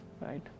Right